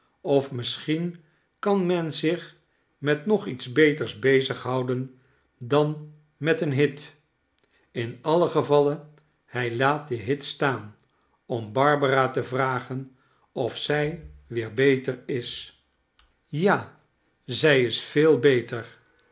of misschien kan men zich met nog iets beters bezig houden dan met een hit in alien gevalle hij laat den hit staan om barbara te vragen of zij weer beter is ja nelly zij is veel beter